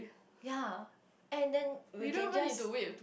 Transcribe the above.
ya and then we can just